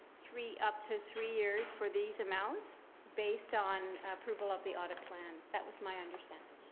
three up to three years for these amounts based on approval of the audit plan, that was my understanding.